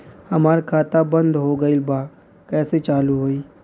हमार खाता बंद हो गईल बा कैसे चालू होई?